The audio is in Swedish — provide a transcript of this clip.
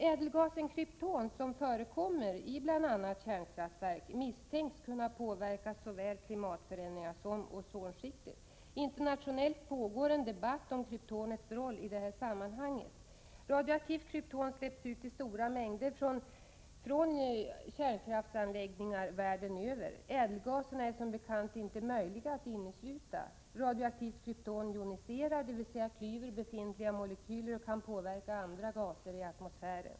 Ädelgasen krypton, som förekommer i bl.a. kärnkraftverk, misstänks kunna påverka såväl klimatet som ozonskiktet. Internationellt pågår en debatt om kryptonets roll i detta sammanhang. Radioaktivt krypton släpps ut istora mängder från kärnkraftsanläggningar över hela världen. Ädelgaserna kan som bekant inte inneslutas. Radioaktivt krypton joniserar, dvs. klyver befintliga molekyler, och kan påverka andra gaser i atmosfären.